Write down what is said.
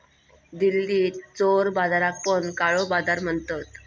दिल्लीत चोर बाजाराक पण काळो बाजार म्हणतत